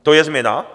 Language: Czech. To je změna?